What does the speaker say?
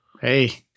Hey